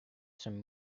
some